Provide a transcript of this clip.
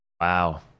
wow